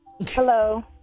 Hello